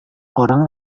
orang